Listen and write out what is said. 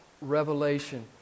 revelation